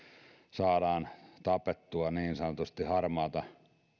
saadaan tapettua harmaata